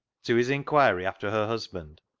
to his inquiry after her husband,